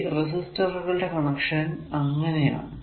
ഈ റെസിസ്റ്ററുകളുടെ കണക്ഷൻ അങ്ങനെ ആണ്